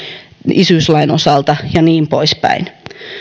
isyyslain osalta ja niin poispäin